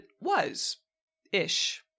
was-ish